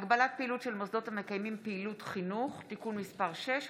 (הגבלת פעילות של מוסדות המקיימים פעילות חינוך) (תיקון מס' 6),